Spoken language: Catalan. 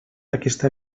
aquesta